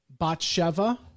Batsheva